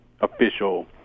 official